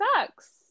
Sucks